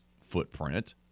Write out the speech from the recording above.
footprint